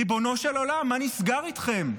ריבונו של עולם, מה נסגר איתכם?